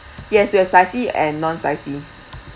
yes we have spicy and non spicy